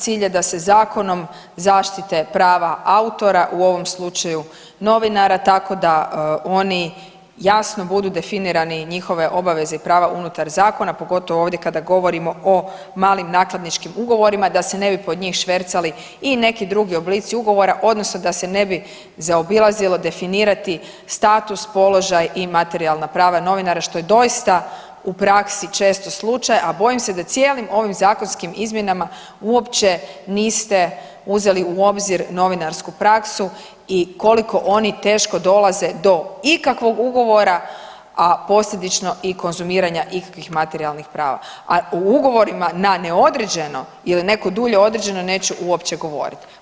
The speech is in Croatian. Cilj je da se zakonom zaštite prava autora, u ovom slučaju novinara, tako da oni jasno budu definirani, njihove obaveze i prava unutar zakona, pogotovo ovdje kada govorimo o malim nakladničkim ugovorima, da se ne bi pod njih švercali i neki drugi oblici ugovora, odnosno da se ne bi zaobilazilo definirati status, položaj i materijalna prava novinara, što je doista u praksi često slučaj, a bojim se da cijelim ovim zakonskim izmjenama uopće niste uzeli u obzir novinarsku praksu i koliko oni teško dolaze do ikakvog ugovora, a posljedično i konzumiranja ikakvih materijalnih prava, a u ugovorima na neodređeno ili neko dulje određeno neću uopće govoriti.